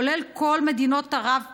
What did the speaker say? כולל כל מדינות ערב מסביבנו,